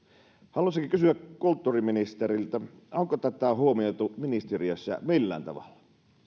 haluaisinkin kysyä kulttuuriministeriltä onko tätä huomioitu ministeriössä millään tavalla